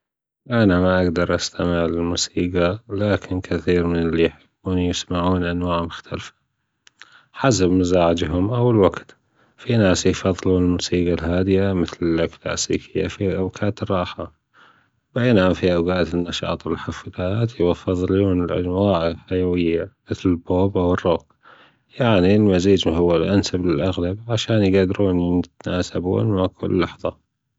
أنا ما أجدر أستمع للموسيجي لكن كثير من اللي يحبوني يسمعون أنواع مختلفة حسب مزاجهم أو الوجت في ناس يفضلون الموسيجى الهادئة مثل الكلاسيكية في اوجات الراحة بينما في أوقات النشاط والحفلات يفضلون الأجواء الحيوية مثل البوب أو الروب يعني المزيج هو الأنسب للأغلب عشان يجدرون يتناسبون مع كل لحظة.